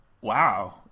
Wow